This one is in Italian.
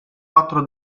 quattro